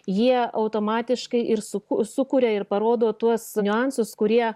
jie automatiškai ir suku sukuria ir parodo tuos niuansus kurie